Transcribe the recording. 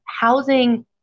housing